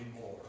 more